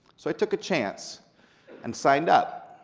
so i took a chance and signed up.